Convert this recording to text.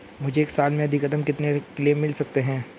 मुझे एक साल में अधिकतम कितने क्लेम मिल सकते हैं?